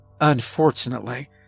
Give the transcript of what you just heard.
Unfortunately